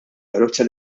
karozza